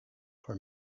for